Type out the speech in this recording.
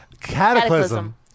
Cataclysm